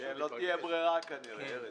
לא תהיה ברירה כנראה.